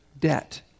debt